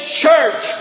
church